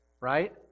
right